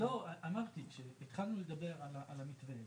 אתה לא מדבר בשם חברי הוועדה.